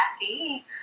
happy